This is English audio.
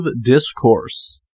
discourse